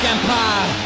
Empire